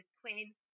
queen